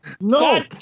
No